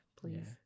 please